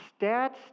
stats